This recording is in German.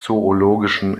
zoologischen